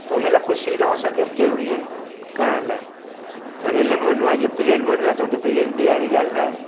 त उन लाइ कुझु सुविधाऊं असांखे बि ज़रूरी आहिनि करण लाइ त रेल में वञिणो आहे जीअं प्लेन में वञिणो आहे त उते प्लेन बि आहे अहिड़ी ॻाल्हि न आहे